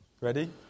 Ready